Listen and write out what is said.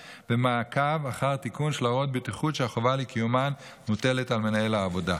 במעקב אחר תיקון של הוראות בטיחות שהחובה לקיימן מוטלת על מנהל העבודה.